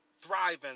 thriving